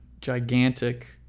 gigantic